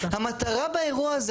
המטרה באירוע הזה,